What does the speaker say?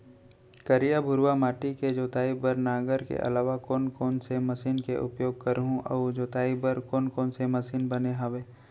करिया, भुरवा माटी के जोताई बर नांगर के अलावा कोन कोन से मशीन के उपयोग करहुं अऊ जोताई बर कोन कोन से मशीन बने हावे?